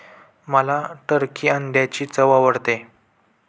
मला टर्की अंड्यांची चव आवडते